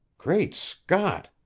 great scott!